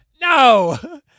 No